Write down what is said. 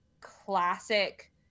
classic